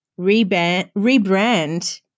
rebrand